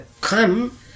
come